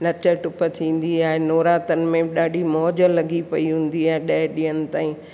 नच टिप थींदी आहे नवरात्रनि में ॾाढी मौज लॻी पई हूंदी आहे ॾह ॾींहनि ताईं